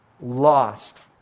Lost